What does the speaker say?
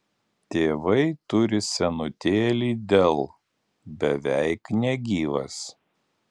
tėvai turi senutėlį dell beveik negyvas